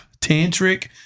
Tantric